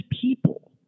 people